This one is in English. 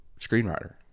screenwriter